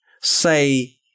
say